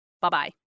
Bye-bye